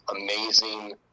amazing